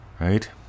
right